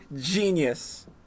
genius